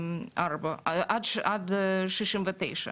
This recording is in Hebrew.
עד גיל 69,